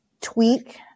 tweak